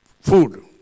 food